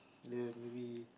ya maybe